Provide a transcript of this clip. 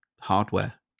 hardware